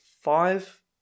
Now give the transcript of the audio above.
five